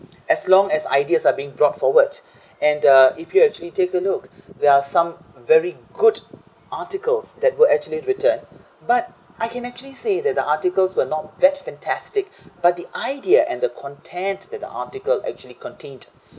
as long as ideas are being brought forward and uh if you actually take a look there are some very good articles that will actually written but I can actually say that the articles were not that fantastic but the idea and the content that the article actually contained